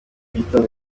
gitondo